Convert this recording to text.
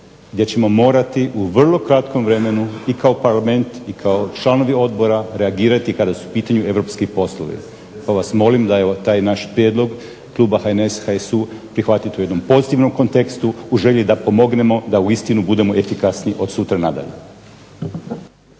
gdje ćemo morati u vrlo kratkom vremenu i kao Parlament i kao članovi odbora reagirati kada su u pitanju europski poslovi, pa vas molim da evo taj naš prijedlog kluba HNS, HSU prihvatite u jednom pozitivnom kontekstu u želji da pomognemo da uistinu budemo efikasniji od sutra na dalje.